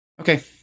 Okay